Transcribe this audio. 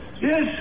Yes